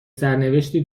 سرنوشتی